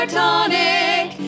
tonic